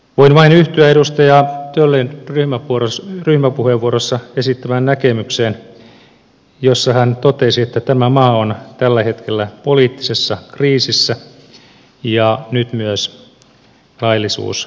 voin vain yhtyä edustaja töllin ryhmäpuheenvuorossa esittämään näkemykseen jossa hän totesi että tämä maa on tällä hetkellä poliittisessa kriisissä ja nyt myös laillisuuskriisissä